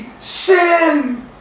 Sin